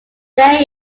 there